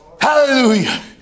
hallelujah